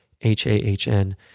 H-A-H-N